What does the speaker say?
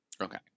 Okay